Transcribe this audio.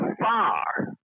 far